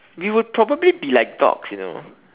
we will probably be like dogs you know